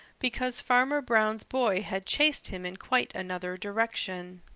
because farmer brown's boy had chased him in quite another direction.